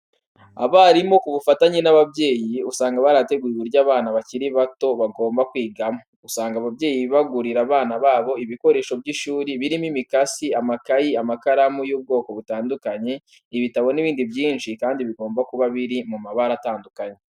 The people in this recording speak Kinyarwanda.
Abarimu ku bufatanye n'ababyeyi usanga barateguye uburyo abana bakiri bato bagomba kwigamo. Usanga ababyeyi bagurira abana babo ibikoresho by'ishuri birimo imikasi, amakayi, amakaramu y'ubwoko butandukanye, ibitabo n'ibindi byinshi kandi bigomba kuba biri mu mabara atandukanye.